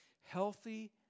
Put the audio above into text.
Healthy